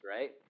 right